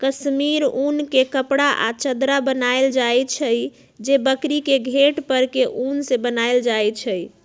कस्मिर उन के कपड़ा आ चदरा बनायल जाइ छइ जे बकरी के घेट पर के उन से बनाएल जाइ छइ